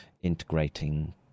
integrating